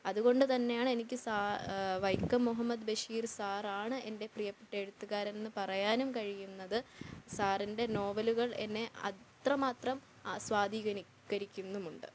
അതുകൊണ്ട് തന്നെയാണ് എനിക്ക് സാ വൈക്കം മുഹമ്മദ് ബഷീർ സാറാണ് എൻ്റെ പ്രിയപ്പെട്ട എഴുത്തുകാരനെന്നു പറയാനും കഴിയുന്നത് സാറിൻ്റെ നോവലുകൾ എന്നെ അത്രമാത്രം ആസ്വാദി കനി കരിക്കുന്നുമുണ്ട്